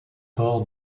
port